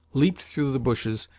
leaped through the bushes,